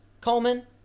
Coleman